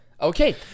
Okay